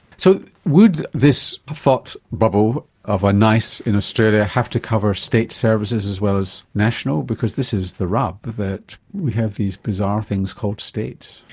so would this ah thought bubble of a nice in australia have to cover state services as well as national, because this is the rub, that we have these bizarre things called states.